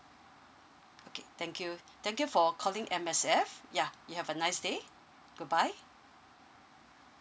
okay thank you thank you for calling M_S_F yeah you have a nice day goodbye